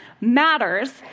matters